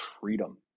freedom